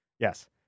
Yes